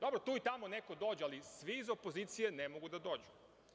Dobro, tu i tamo neko dođe, ali svi iz opozicije ne mogu da dođu.